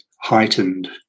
heightened